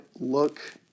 look